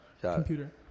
computer